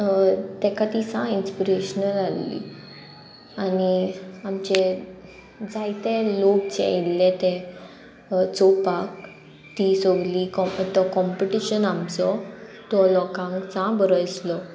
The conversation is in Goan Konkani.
तेका ती सा इन्स्पिरेशनल आहली आनी आमचे जायते लोक जे येयल्ले ते चोवपाक ती सोगली तो कॉम्पिटिशन आमचो तो लोकांक सा बरो आसलो